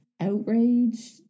outrage